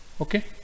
okay